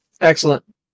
Excellent